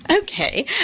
Okay